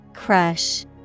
Crush